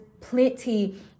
plenty